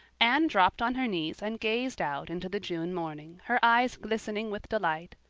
anne dropped on her knees and gazed out into the june morning, her eyes glistening with delight.